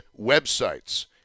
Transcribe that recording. websites